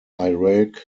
iraq